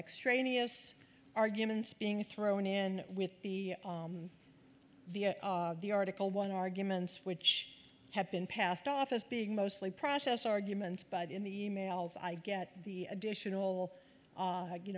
extraneous arguments being thrown in with the the the article one arguments which have been passed off as being mostly process arguments but in the e mails i get the additional